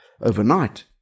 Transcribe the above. overnight